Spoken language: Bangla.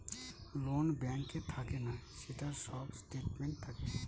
লোন ব্যাঙ্কে থাকে না, সেটার সব স্টেটমেন্ট থাকে